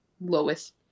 lowest